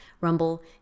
Rumble